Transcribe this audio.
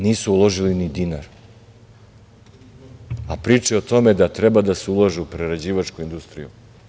Nisu uložili ni dinar, a pričaju o tome da treba se ulaže u prerađivačku industriju.